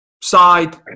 side